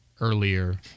earlier